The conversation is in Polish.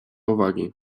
uwagi